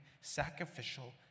sacrificial